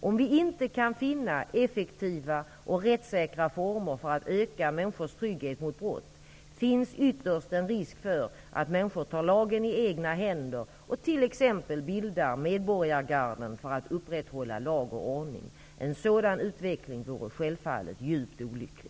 Om vi inte kan finna effektiva och rättssäkra former för att öka människors trygghet mot brott, finns ytterst en risk för att människor tar lagen i egna händer och t.ex. bildar ''medborgargarden'' för att upprätthålla lag och ordning. En sådan utveckling vore självfallet djupt olycklig.